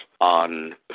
on